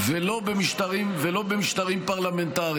ולא במשטרים פרלמנטריים.